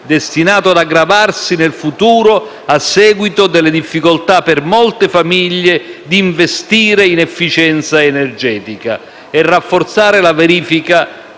destinato ad aggravarsi nel futuro a seguito delle difficoltà per molte famiglie di investire in efficienza energetica e rafforzare la verifica